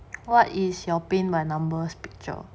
what is your paint by numbers picture